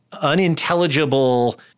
unintelligible